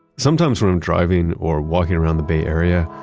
sometimes when i'm driving or walking around the bay area,